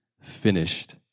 finished